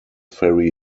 ferry